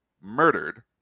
Murdered